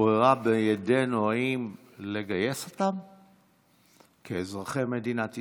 הברירה בידינו: האם לגייס אותם כאזרחי מדינת ישראל,